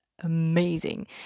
amazing